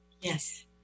yes